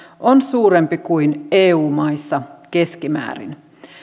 on suurempi kuin eu maissa keskimäärin